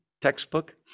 textbook